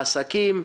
לעסקים,